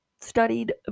studied